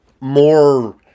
more